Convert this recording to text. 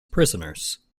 prisoners